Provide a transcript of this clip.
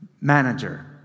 manager